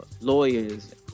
lawyers